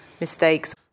mistakes